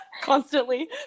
Constantly